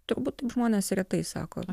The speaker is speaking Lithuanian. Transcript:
turbūt taip žmonės retai sako